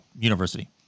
university